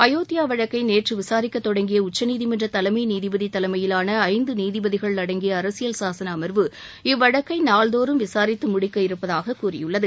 அயோத்தியா வழக்கை நேற்று விசாரிக்கத் தொடங்கிய உச்சநீதிமன்ற தலைமை நீதிபதி தலைமையிலாள ஐந்து நீதிபதிகள் அடங்கிய அரசியல் சாசன அமர்வு இவ்வழக்கை நாள்தோறும் விசாரித்து முடிக்க இருப்பதாகக் கூறியுள்ளது